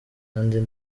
kandi